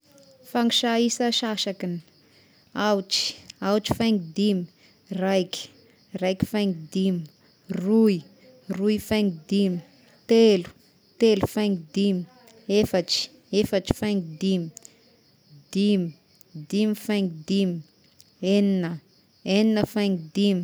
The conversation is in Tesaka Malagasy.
Fangisà isa an-sasakiny: aotra, aotra faingo dimy, raiky, raika faingo dimy, roy, roy faingo dimy, telo, telo faingo dimy, efatry, efatry faingo dimy, dimy, dimy faingo dimy, egnina, egnina faingo dimy.